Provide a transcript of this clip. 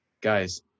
Guys